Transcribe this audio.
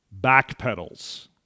backpedals